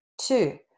Two